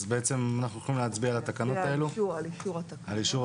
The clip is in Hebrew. אז אנחנו יכולים להצביע על אישור התקנות.